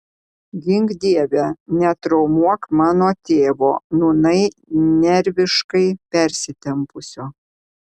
gink dieve netraumuok mano tėvo nūnai nerviškai persitempusio